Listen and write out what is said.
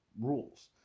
rules